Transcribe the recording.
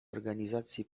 organizacji